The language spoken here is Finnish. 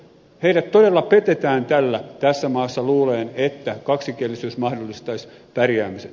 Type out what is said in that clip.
heidät todella petetään tällä tässä maassa luulemaan että kaksikielisyys mahdollistaisi pärjäämisen